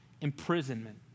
imprisonment